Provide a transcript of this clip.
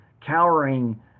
cowering